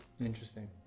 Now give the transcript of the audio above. Interesting